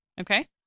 Okay